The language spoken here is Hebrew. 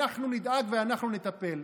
אנחנו נדאג ואנחנו נטפל.